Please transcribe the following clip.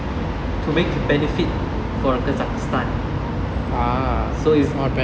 to make the benefit for kazakhstan so he's